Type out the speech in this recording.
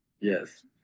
yes